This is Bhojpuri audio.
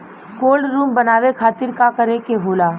कोल्ड रुम बनावे खातिर का करे के होला?